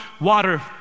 water